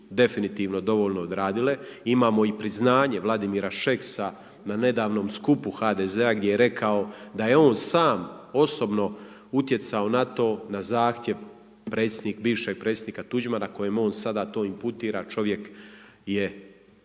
definitivno dovoljno odradile, imamo i priznanje Vladimira Šeksa na nedavnom skupu HDZ-a gdje je rekao da je on sam osobno utjecao na to, na zahtjev predsjednik, bivšeg predsjednika Tuđmana kojem on sada to inputira, čovjek je